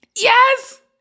Yes